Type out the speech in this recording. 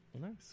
Nice